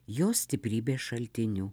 jos stiprybės šaltiniu